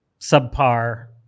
subpar